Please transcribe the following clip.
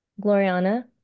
Gloriana